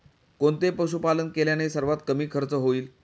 कोणते पशुपालन केल्याने सर्वात कमी खर्च होईल?